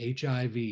HIV